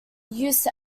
used